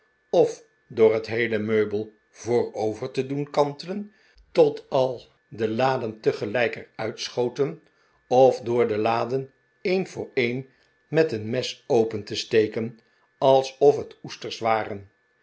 of door het heele meubel voorover te doen kantelen tot al de laden tegelijk er uitschoten of door de laden een voor een met een mes open te steken alsof het oesters waren